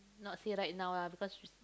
not say right now lah because we